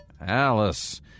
Alice